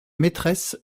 maîtresse